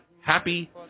happy